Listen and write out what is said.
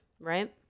right